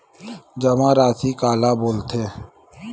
जमा राशि काला बोलथे?